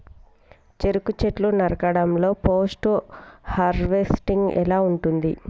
చెరుకు చెట్లు నరకడం లో పోస్ట్ హార్వెస్టింగ్ ఎలా ఉంటది?